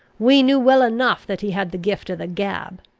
we knew well enough that he had the gift of the gab.